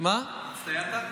הצטיינת?